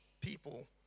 people